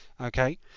Okay